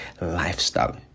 lifestyle